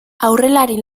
aurrelari